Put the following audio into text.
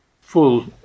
full